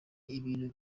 ibintu